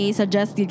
suggest